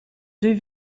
deux